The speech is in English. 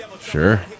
Sure